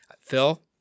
Phil